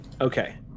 Okay